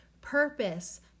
purpose